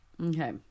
Okay